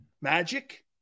Magic